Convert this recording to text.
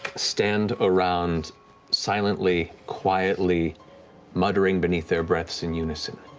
stand around silently, quietly muttering beneath their breaths in unison.